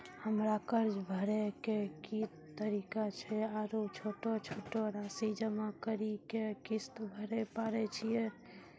हमरा कर्ज भरे के की तरीका छै आरू छोटो छोटो रासि जमा करि के किस्त भरे पारे छियै?